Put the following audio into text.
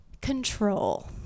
Control